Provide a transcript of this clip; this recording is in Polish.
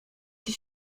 się